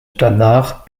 danach